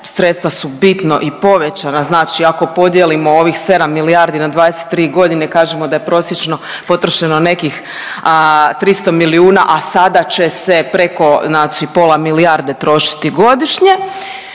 sredstva svu bitno i povećana znači ako podijelimo ovih sedam milijardi na 23 godine kažemo da je prosječno potrošeno nekih 300 milijuna, a sada će se preko pola milijarde trošiti godišnje